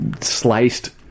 sliced